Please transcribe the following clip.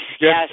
Yes